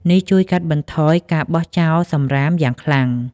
នេះជួយកាត់បន្ថយការបោះចោលសំរាមយ៉ាងខ្លាំង។